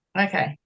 okay